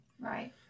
right